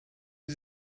sie